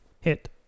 Hit